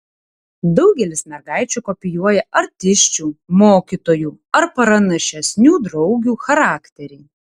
daugelis mergaičių kopijuoja artisčių mokytojų ar pranašesnių draugių charakterį